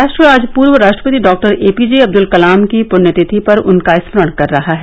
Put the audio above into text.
राष्ट्र आज पूर्व राष्ट्रपति doctor A P J Abdul Kalam की पृण्यतिथि पर उनका स्मरण कर रहा है